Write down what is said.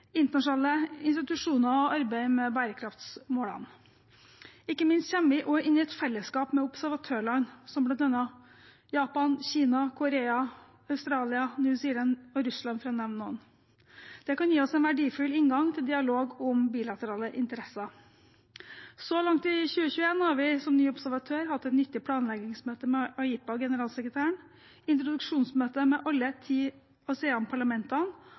internasjonale institusjoner og arbeidet med bærekraftsmålene. Ikke minst kommer vi også inn i et fellesskap med observatørland, som bl.a. Japan, Kina, Korea, Australia, New Zealand og Russland, for å nevne noen. Det kan gi oss en verdifull inngang til dialog om bilaterale interesser. Så langt i 2021 har vi som ny observatør hatt et nyttig planleggingsmøte med AIPA-generalsekretæren, et introduksjonsmøte med alle de ti